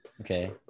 Okay